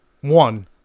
One